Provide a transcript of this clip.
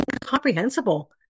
comprehensible